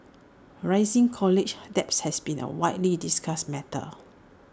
rising college debt has been A widely discussed matter